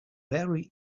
very